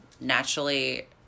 Naturally